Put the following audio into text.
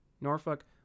Norfolk